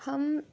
ہم